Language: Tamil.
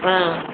ஆ